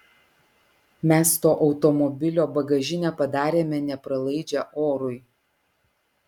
mes to automobilio bagažinę padarėme nepralaidžią orui